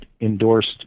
endorsed